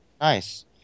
Nice